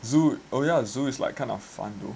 zoo oh ya zoo is like kind of fun though